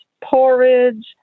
porridge